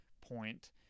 point